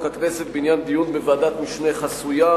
הכנסת בעניין דיון בוועדת משנה חסויה,